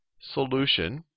solution